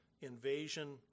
invasion